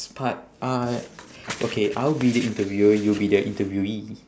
part uh okay I'll be the interviewer you'll be the interviewee